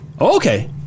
Okay